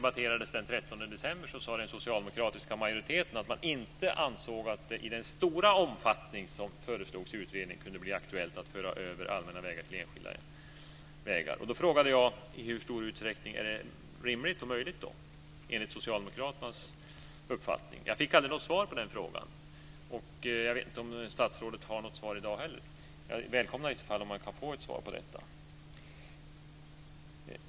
13 december sade den socialdemokratiska majoriteten att man inte ansåg att det i den stora omfattning som föreslogs i utredningen kunde bli aktuellt att föra över allmänna vägar till enskilda vägar. Då frågade jag i hur stor utsträckning det är möjligt och rimligt då, enligt socialdemokraternas uppfattning. Jag fick aldrig något svar på den frågan, och jag vet inte om statsrådet har något svar i dag heller. Jag välkomnar om det är så att man kan få ett svar på detta.